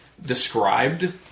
described